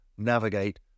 Navigate